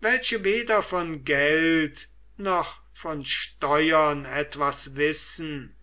welche weder von geld noch von steuern etwas wissen